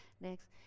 Next